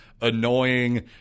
annoying